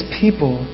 people